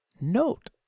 note